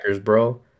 bro